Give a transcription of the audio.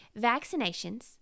Vaccinations